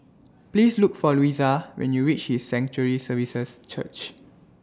Please Look For Louisa when YOU REACH His Sanctuary Services Church